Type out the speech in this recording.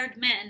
men